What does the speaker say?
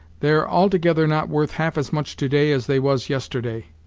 they're altogether not worth half as much to-day as they was yesterday,